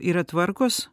yra tvarkos